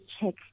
check